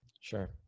Sure